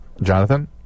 Jonathan